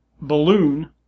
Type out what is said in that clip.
balloon